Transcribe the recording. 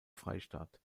freistadt